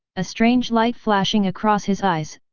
a strange light flashing across his eyes,